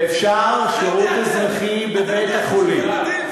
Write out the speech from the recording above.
ואפשר שירות אזרחי בבית-חולים.